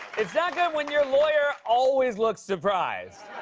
it's not good when your lawyer always looks surprised.